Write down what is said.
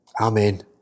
Amen